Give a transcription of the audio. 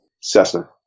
Cessna